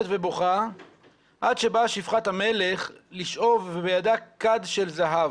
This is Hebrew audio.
ובוכה עד שבאה שפחת המלך לשאוב ובידה כד של זהב.